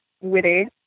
witty